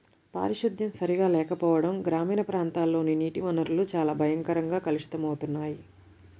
పారిశుద్ధ్యం సరిగా లేకపోవడం గ్రామీణ ప్రాంతాల్లోని నీటి వనరులు చాలా భయంకరంగా కలుషితమవుతున్నాయి